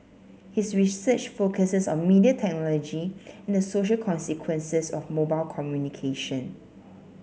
his research focuses on media technology and the social consequences of mobile communication